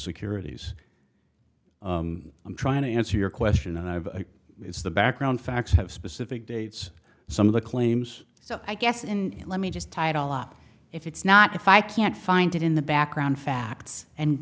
securities i'm trying to answer your question i have is the background facts have specific dates some of the claims so i guess and let me just title up if it's not if i can't find it in the background facts and